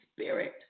Spirit